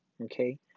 Okay